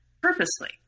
purposely